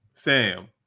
Sam